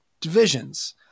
divisions